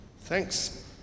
Thanks